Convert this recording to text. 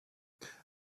just